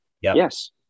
yes